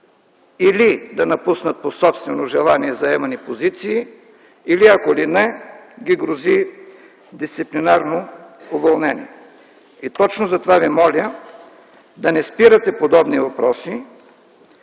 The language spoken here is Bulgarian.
или да напуснат по собствено желание заемани позиции, или ако ли не, ги грози дисциплинарно уволнение. Точно затова Ви моля да не спирате подобни въпроси